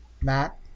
Matt